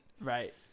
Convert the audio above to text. Right